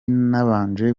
nabanje